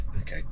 Okay